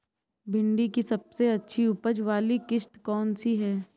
भिंडी की सबसे अच्छी उपज वाली किश्त कौन सी है?